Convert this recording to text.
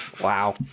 wow